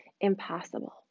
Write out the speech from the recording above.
impossible